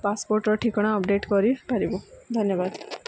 ପାସ୍ପୋର୍ଟର ଠିକଣା ଅପଡ଼େଟ୍ କରିପାରିବ ଧନ୍ୟବାଦ